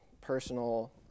personal